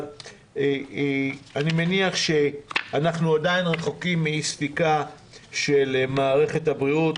אבל אני מניח שאנחנו עדיין רחוקים מאי ספיקה של מערכת הבריאות,